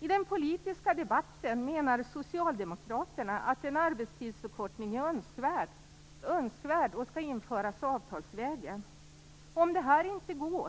I den politiska debatten menar socialdemokraterna att en arbetstidsförkortning är önskvärd och skall införas avtalsvägen. Om detta inte går